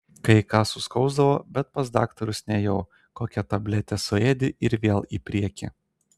kai ką suskausdavo bet pas daktarus nėjau kokią tabletę suėdi ir vėl į priekį